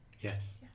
Yes